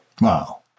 Wow